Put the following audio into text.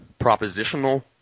propositional